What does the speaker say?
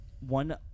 one